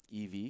EV